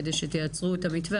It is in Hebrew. כדי שתייצרו את המתווה,